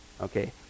okay